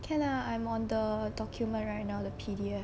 K lah I'm on the document righ~ now the P_D_F